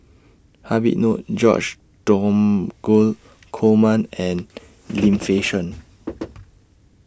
Habib Noh George Dromgold Coleman and Lim Fei Shen